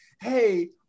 hey